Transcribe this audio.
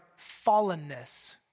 fallenness